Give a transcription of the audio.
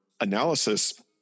analysis